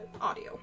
audio